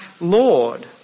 Lord